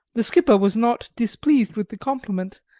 the skipper was not displeased with the compliment,